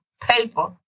paper